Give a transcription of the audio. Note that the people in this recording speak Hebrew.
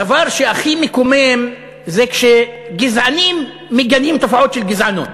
הדבר שהכי מקומם זה כשגזענים מגנים תופעות של גזענות.